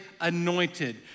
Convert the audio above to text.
anointed